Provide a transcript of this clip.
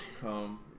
come